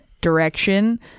direction